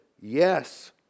Yes